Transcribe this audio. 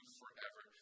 forever